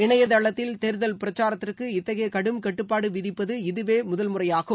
இணையதளத்தில் தேர்தல் பிரச்சாரத்திற்கு இத்தகைய கடும் கட்டுப்பாடு விதிப்பது இதுவே முதல் முறையாகும்